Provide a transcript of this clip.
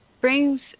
brings